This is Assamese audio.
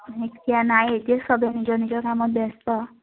এতিয়া নাই এতিয়া চবেই নিজৰ নিজৰ কামত ব্যস্ত